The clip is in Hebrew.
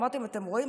אמרתי להם: אתם רואים?